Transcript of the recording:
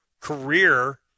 career